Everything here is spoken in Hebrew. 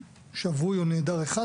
בשבוי או נעדר אחד